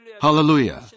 Hallelujah